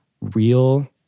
real